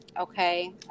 okay